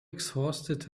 exhausted